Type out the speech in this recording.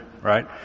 right